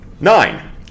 Nine